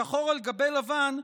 שחור על גבי לבן,